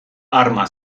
arma